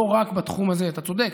אתה צודק,